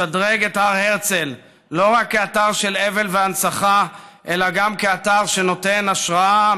לשדרג את הר הרצל לא רק כאתר של אבל והנצחה אלא גם כאתר שנותן השראה,